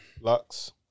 Lux